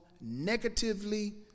negatively